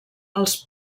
els